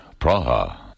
Praha